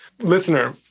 listener